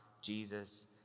Jesus